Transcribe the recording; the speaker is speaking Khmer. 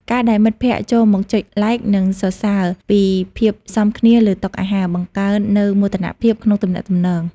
ការដែលមិត្តភក្ដិចូលមកចុច Like និងសរសើរពីភាពសមគ្នាលើតុអាហារ បង្កើននូវមោទនភាពក្នុងទំនាក់ទំនង។